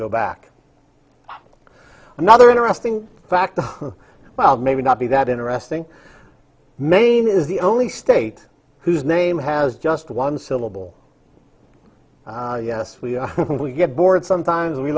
go back another interesting fact well maybe not be that in arresting maine is the only state whose name has just one syllable yes when we get bored sometimes we